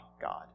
God